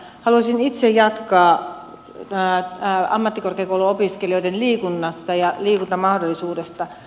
haluaisin itse jatkaa ammattikorkeakouluopiskelijoiden liikunnasta ja liikuntamahdollisuudesta